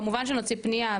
כמובן שנוציא פנייה,